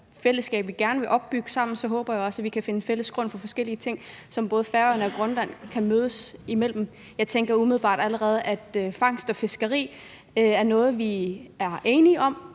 fællesskab, vi gerne vil opbygge sammen, kan finde fælles grund i forhold til forskellige ting, som både Færøerne og Grønland kan mødes om. Jeg tænker umiddelbart allerede, at fangst og fiskeri er noget, hvor vi kan